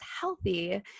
healthy